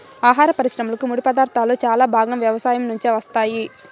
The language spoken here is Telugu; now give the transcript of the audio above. ఆహార పరిశ్రమకు ముడిపదార్థాలు చాలా భాగం వ్యవసాయం నుంచే వస్తాయి